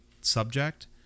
subject